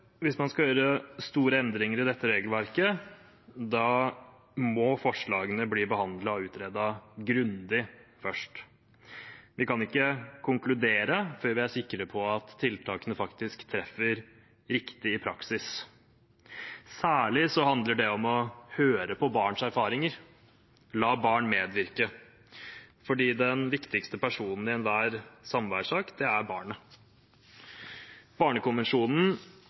Hvis man skal gjøre store endringer i dette regelverket, må forslagene først bli behandlet og utredet grundig. Vi kan ikke konkludere før vi er sikre på at tiltakene faktisk treffer riktig i praksis. Særlig handler det om å høre på barns erfaringer, la barn medvirke, for den viktigste personen i enhver samværssak er barnet. Barnekonvensjonen,